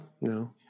no